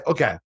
Okay